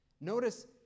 Notice